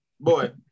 boy